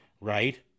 right